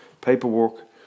paperwork